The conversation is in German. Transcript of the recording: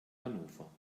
hannover